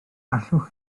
allwch